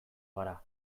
gara